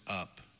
up